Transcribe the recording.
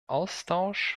austausch